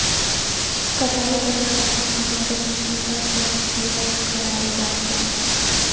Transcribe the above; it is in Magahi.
कटाई करवार बाद अनाजक भूसा स अलग कराल जा छेक